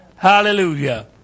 Hallelujah